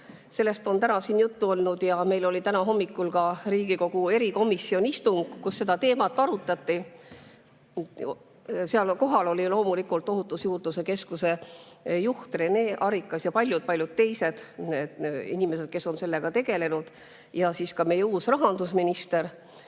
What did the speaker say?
Sellest on täna siin juttu olnud ja täna hommikul oli ka Riigikogu erikomisjoni istung, kus seda teemat arutati. Seal oli loomulikult kohal Ohutusjuurdluse Keskuse juht Rene Arikas ja olid kohal paljud-paljud teised inimesed, kes on sellega tegelenud, ning ka meie uus rahandusminister.